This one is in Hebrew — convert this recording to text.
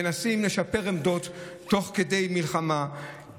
מנסים לשפר עמדות תוך כדי מלחמה.